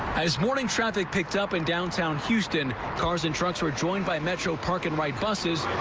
as morning traffic picked up in downtown houston cars and trucks were joined by metro park and ride buses.